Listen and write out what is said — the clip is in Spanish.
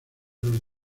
los